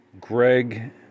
Greg